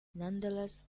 nonetheless